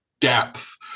depth